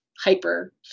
hyper